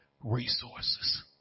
resources